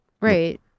Right